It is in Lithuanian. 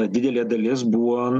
didelė dalis buvo